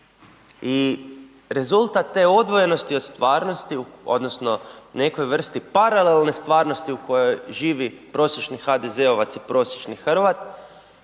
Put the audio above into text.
I rezultat te odvojenosti od stvarnosti odnosno nekoj vrsti paralelne stvarnosti u kojoj živi prosječni HDZ-ovac i prosječni Hrvat